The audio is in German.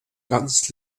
ganz